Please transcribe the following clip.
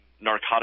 narcotic